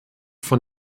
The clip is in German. von